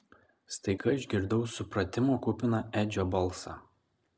staiga išgirdau supratimo kupiną edžio balsą